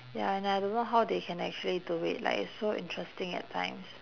ya and I don't know how they can actually do it like it's so interesting at times